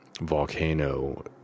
volcano